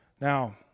Now